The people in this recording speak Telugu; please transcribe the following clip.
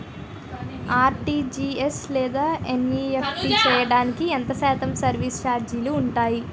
ఆర్.టి.జి.ఎస్ లేదా ఎన్.ఈ.ఎఫ్.టి చేయడానికి ఎంత శాతం సర్విస్ ఛార్జీలు ఉంటాయి?